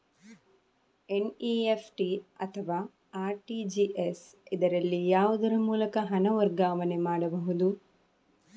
NEFT ಅಥವಾ RTGS, ಇದರಲ್ಲಿ ಯಾವುದರ ಮೂಲಕ ಹಣ ವರ್ಗಾವಣೆ ಮಾಡಬಹುದು?